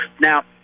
Now